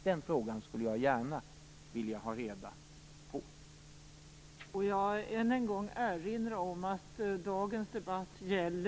Den frågan skulle jag gärna vilja ha ett svar på.